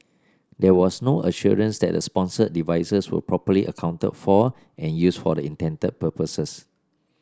there was no assurance that the sponsored devices were properly accounted for and used for the intended purposes